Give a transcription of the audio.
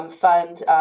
fund